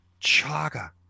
chaga